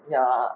ya